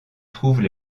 trouvent